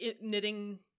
knitting